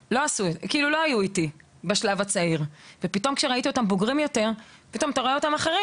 ״לא היו איתי״ כשהיו בשלב הצעיר ואז כבוגרים הם הפכו אחרים.